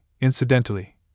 incidentally